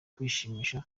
kwishimisha